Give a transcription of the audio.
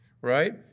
right